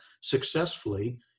successfully